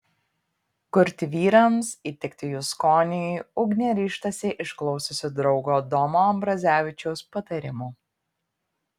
kurti vyrams įtikti jų skoniui ugnė ryžtasi išklausiusi draugo domo ambrazevičiaus patarimų